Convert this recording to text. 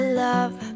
love